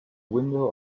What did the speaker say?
window